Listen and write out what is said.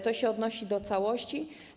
To się odnosi do całości.